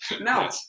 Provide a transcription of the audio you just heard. No